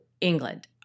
England